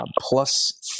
plus